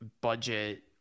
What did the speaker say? budget